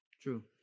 true